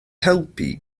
helpu